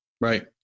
right